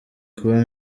kuba